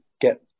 get